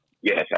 Yes